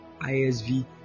ISV